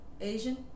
Asian